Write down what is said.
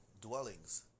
dwellings